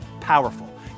powerful